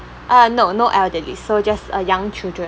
uh no no elderly so just uh young children